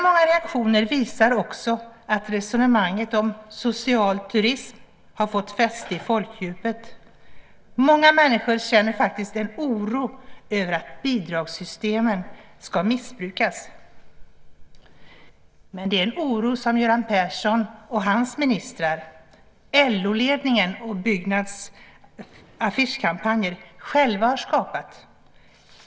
Många reaktioner visar också att resonemanget om social turism har fått fäste i folkdjupet. Många människor känner faktiskt en oro över att bidragssystemen ska missbrukas. Men det är en oro som Göran Persson och hans ministrar, LO-ledningen och Byggnads affischkampanjer själva har skapat.